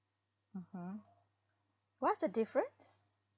mmhmm what's the difference